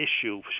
issue